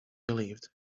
relieved